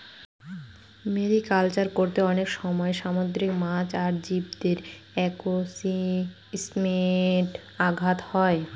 mariculture করতে অনেক সময় সামুদ্রিক মাছ আর জীবদের ইকোসিস্টেমে ঘাত হয়